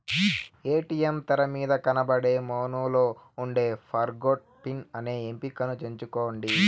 ATM తెరమీద కనబడే మెనూలో ఉండే ఫర్గొట్ పిన్ అనే ఎంపికని ఎంచుకోండి